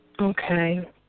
Okay